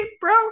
bro